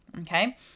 Okay